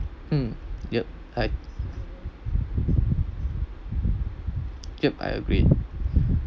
mm yep I yep I agree